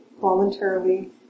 voluntarily